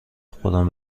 خودم